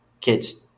kids